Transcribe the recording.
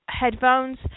headphones